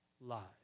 lives